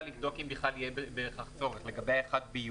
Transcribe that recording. לבדוק אם בכלל יהיה בכך צורך לגבי ה-1 ביולי.